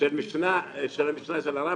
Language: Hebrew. של המשנה של הרמב"ם,